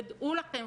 ודעו לכם,